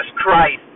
Christ